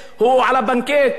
הוא לא מעניין את אף אחד,